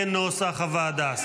כנוסח הוועדה.